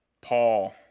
Paul